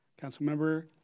councilmember